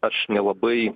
aš nelabai